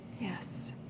Yes